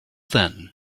then